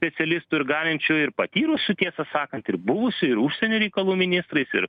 specialistų ir galinčių ir patyrusių tiesą sakant ir buvusių ir užsienio reikalų ministrais ir